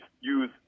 use